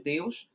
Deus